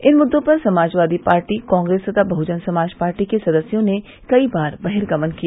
इन मुद्दों पर समाजवादी पार्टी कांग्रेस तथा बहुजन समाज पार्टी के सदस्यों ने कई बार बहिर्गमन किया